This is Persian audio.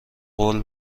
قول